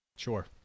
Sure